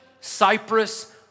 Cyprus